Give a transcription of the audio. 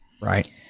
right